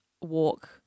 walk